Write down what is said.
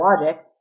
logic